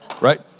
right